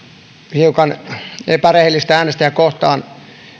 hiukan epärehellistä äänestäjiä kohtaa